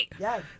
Yes